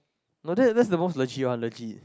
no that's that's the most legit one legit